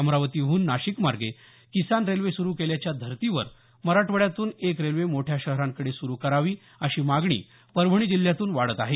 अमरावतीहून नाशिकमार्गे किसान रेल्वे सुरु केल्याच्या धर्तीवर मराठवाड्यातून एक रेल्वे मोठ्या शहरांकडे सुरु करावी अशी मागणी परभणी जिल्ह्यातून वाढत आहे